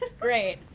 Great